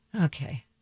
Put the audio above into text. Okay